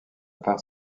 part